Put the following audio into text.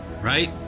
right